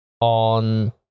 on